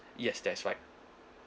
yes that's right